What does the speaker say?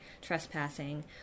trespassing